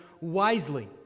wisely